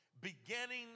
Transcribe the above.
beginning